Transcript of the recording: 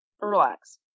relax